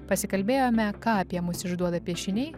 pasikalbėjome ką apie mus išduoda piešiniai